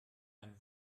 ein